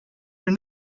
your